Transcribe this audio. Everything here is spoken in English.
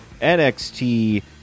NXT